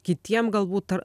kitiem galbūt ar